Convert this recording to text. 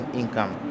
income